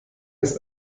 ist